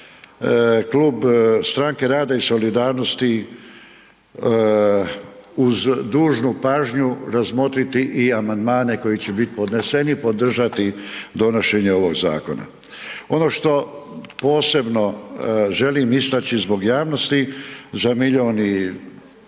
Klub Stranke rada i solidarnosti uz dužnu pažnju razmotriti i amandmane koji će biti podneseni, podržati donošenje ovog zakona. Ono što posebno želim istači zbog javnosti za milion